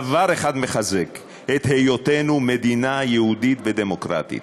דבר אחד מחזק: את היותנו מדינה יהודית ודמוקרטית.